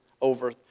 over